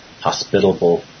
hospitable